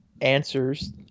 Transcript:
answers